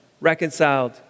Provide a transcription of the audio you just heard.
Reconciled